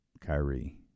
Kyrie